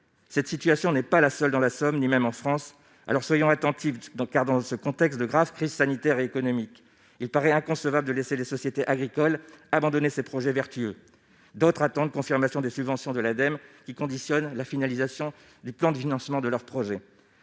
cette situation n'est pas la seule dans la Somme, ni même en France, alors soyons attentifs dans car, dans ce contexte de grave crise sanitaire et économique, il paraît inconcevable de laisser les sociétés agricoles abandonner ses projets vertueux, d'autres attendent confirmation des subventions de l'Ademe, qui conditionne la finalisation du plan de financement de leurs projets,